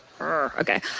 Okay